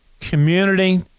community